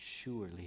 surely